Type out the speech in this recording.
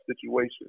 situation